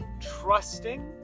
Trusting